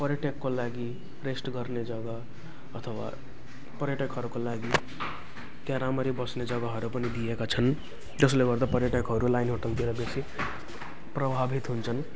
पर्यटकको लागि रेस्ट गर्ने जग्गा अथवा पर्यटकहरूको लागि त्यहाँ राम्ररी बस्ने जग्गाहरू पनि दिएका छन् जसले गर्दा पर्यटकहरू लाइन होटेलतिर बेसी प्रभावित हुन्छन्